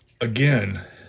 Again